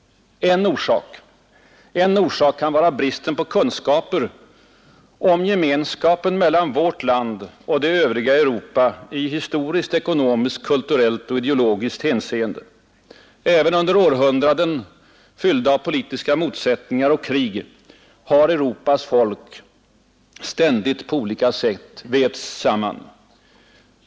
En orsak kan vara bristen på kunskaper om gemenskapen mellan vårt land och det övriga Europa i historiskt, ekonomiskt, kulturellt och ideologiskt hänseende. Även under århundraden fyllda av politiska motsättningar och krig har Europas folk på olika sätt ständigt vävts samman.